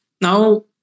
Now